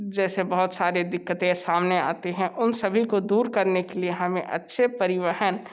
जैसे बहुत सारे दिक्कतें सामने आती हैं उन सभी को दूर करने के लिए हमें अच्छे परिवहन